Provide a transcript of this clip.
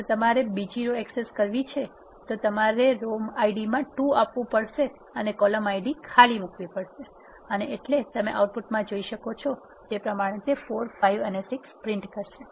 જો તમારે બીજી રો એક્સેસ કરવી છે તો તમારે રો Id માં ૨ આપવુ પડે અને કોલમ Id માં ખાલી જગ્યાં મુકવી પડે અને એટલે તમે આઉટપુટમાં જોઇ શકો છો કે તે 4 5 6 પ્રિન્ટ કરશે